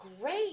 great